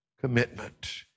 commitment